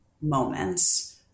moments